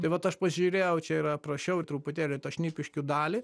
tai vat aš pasižiūrėjau čia ir aprašiau truputėlį tą šnipiškių dalį